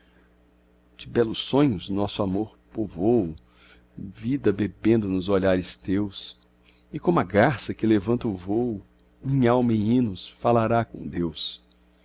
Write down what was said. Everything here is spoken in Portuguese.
de belos sonhos nosso amor povôo vida bebendo nos olhares teus e como a garça que levanta o vôo minha alma em hinos falará com deus